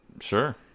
Sure